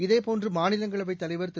இதேபோன்று மாநிலங்களவைத் தலைவர் திரு